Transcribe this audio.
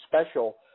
special